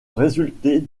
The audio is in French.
résulter